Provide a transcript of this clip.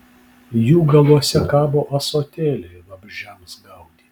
jų galuose kabo ąsotėliai vabzdžiams gaudyti